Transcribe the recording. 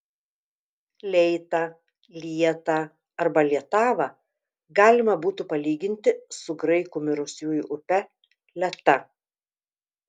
leitą lietą arba lietavą galima būtų palyginti su graikų mirusiųjų upe leta